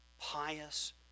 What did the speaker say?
pious